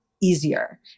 easier